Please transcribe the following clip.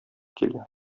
килә